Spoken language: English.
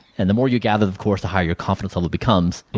and the more you gather, of course, the higher your confidence level becomes.